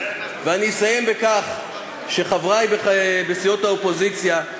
ואני אסיים בכך שחברי בסיעות האופוזיציה,